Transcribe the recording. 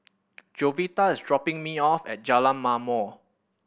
Jovita is dropping me off at Jalan Ma'mor